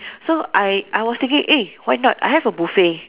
so I I was thinking eh why not I have a buffet